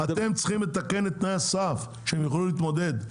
אתם צריכים לתקן את תנאי הסף כדי שיוכלו להתמודד.